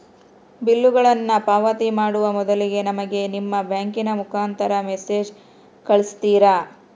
ಬಿಲ್ಲುಗಳನ್ನ ಪಾವತಿ ಮಾಡುವ ಮೊದಲಿಗೆ ನಮಗೆ ನಿಮ್ಮ ಬ್ಯಾಂಕಿನ ಮುಖಾಂತರ ಮೆಸೇಜ್ ಕಳಿಸ್ತಿರಾ?